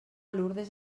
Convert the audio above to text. lurdes